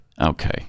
okay